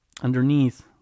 underneath